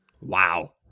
Wow